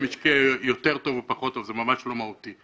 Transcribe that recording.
זה ממש לא מהותי,